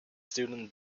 student